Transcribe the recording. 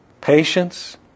patience